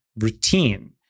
routine